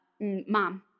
Mom